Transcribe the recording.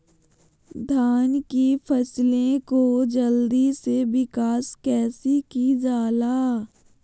धान की फसलें को जल्दी से विकास कैसी कि जाला?